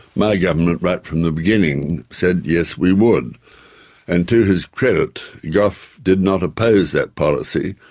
my government, right from the beginning, said yes, we would and to his credit, gough did not oppose that policy,